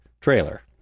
trailer